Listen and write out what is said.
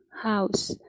house